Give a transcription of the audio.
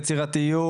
יצירתיות,